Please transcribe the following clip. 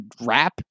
rap